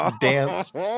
dance